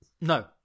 No